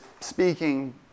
speaking